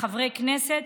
כחברי כנסת,